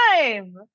time